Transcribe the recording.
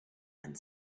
and